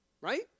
right